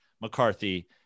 McCarthy